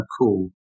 cool